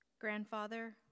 Grandfather